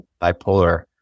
bipolar